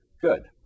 Good